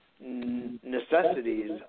necessities